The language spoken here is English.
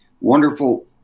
wonderful